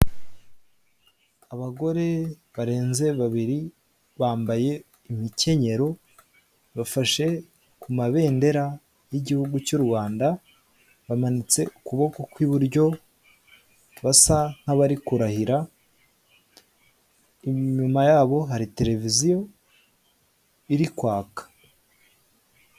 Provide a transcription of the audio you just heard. Abagore barenze babiri bambaye imikenyero bafashe ku mabendera y'igihugu cy' u Rwanda, bamanitse ukuboko ku iburyo basa nk'abari kurahira inyuma yabo hari tereviziyo iri kwaka.